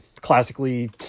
classically